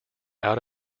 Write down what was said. out